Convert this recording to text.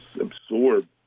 absorb